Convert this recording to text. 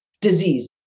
disease